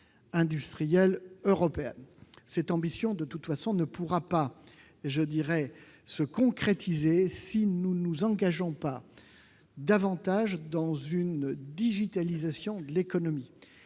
Cette ambition ne pourra pas se concrétiser si nous ne nous engageons pas davantage dans la numérisation de l'économie,